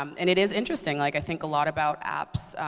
um and it is interesting. like i think a lot about apps.